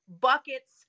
buckets